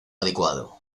adecuado